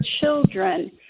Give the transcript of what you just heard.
children